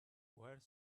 where